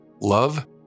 Love